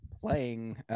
playing